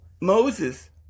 Moses